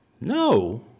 No